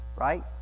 Right